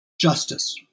justice